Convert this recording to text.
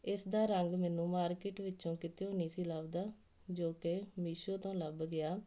ਇਸ ਦਾ ਰੰਗ ਮੈਨੂੰ ਮਾਰਕੀਟ ਵਿੱਚੋਂ ਕਿਤਿਓਂ ਨਹੀਂ ਸੀ ਲੱਭਦਾ ਜੋ ਕਿ ਮੀਸ਼ੋ ਤੋਂ ਲੱਭ ਗਿਆ